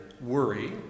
worry